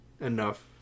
enough